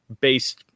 based